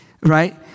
Right